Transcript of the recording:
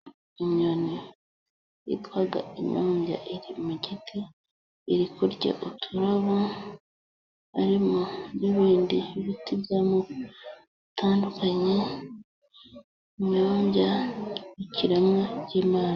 Inyoni yitwa inyombya iri mu giti. Iri kurya uturabo ,arimo n'ibindi biti bya moko atandukanye. Inyombya ni ikiremwa cy'Imana.